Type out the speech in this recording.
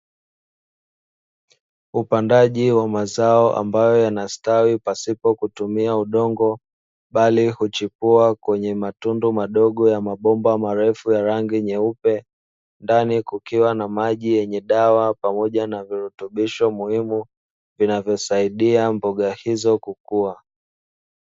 Upandaji wa mazao ambayo yanastawi pasipo kutumia udongo bali huchipua kwenye matundu madogo ya mabomba marefu ya rangi nyeupe, ndani kukiwa na maji yenye dawa pamoja na virutubisho muhimu vinavyosaidia mboga hizo kukua.